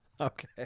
Okay